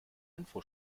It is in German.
info